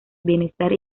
bienestar